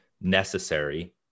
necessary